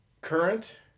Current